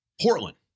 Portland